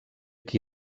qui